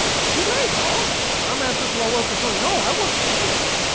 it's too late dog. my master's do our workforce. only know i work for gamers.